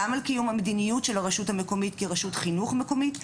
גם על קיום המדיניות של הרשות המקומית כרשות חינוך מקומית,